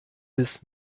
bis